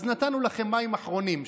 אז נתנו לכם מים אחרונים.